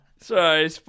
sorry